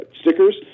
stickers